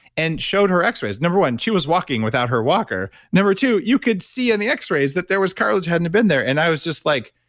and showed her x-rays. number one, she was walking without her walker, number two, you could see on the x-rays that there was cartilage which hadn't been there and i was just like,